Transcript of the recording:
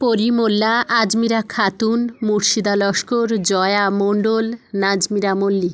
পরি মোল্লা আজমিরা খাতুন মুর্শিদা লস্কর জয়া মন্ডল নাজমিরা মল্লিক